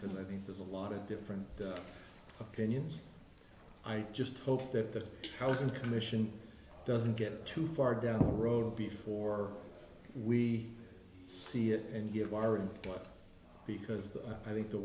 because i think there's a lot of different opinions i just hope that the housing commission doesn't get too far down the road before we see it and get warrant because i think the